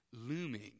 looming